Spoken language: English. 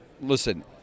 listen